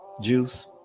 Juice